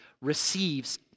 receives